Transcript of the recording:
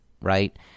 right